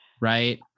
right